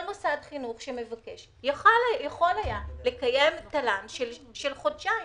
כל מוסד חינוך שמבקש יכול היה לקיים תל"ן של חודשיים.